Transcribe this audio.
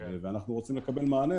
ואנחנו רוצים לקבל מענה,